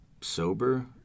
sober